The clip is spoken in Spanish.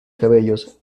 cabellos